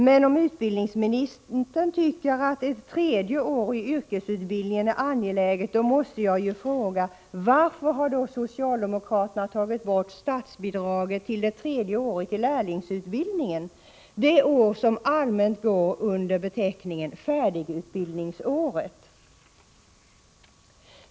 Men om utbildningsministern tycker att ett tredje år i yrkesutbildningen är angeläget, måste jag fråga: Varför har då socialdemokraterna tagit bort statsbidraget till det tredje året i lärlingsutbildningen, det år som allmänt går under beteckningen färdigutbildningsåret?